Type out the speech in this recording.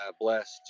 blessed